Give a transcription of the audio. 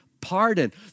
pardon